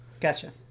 Gotcha